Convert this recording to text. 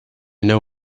know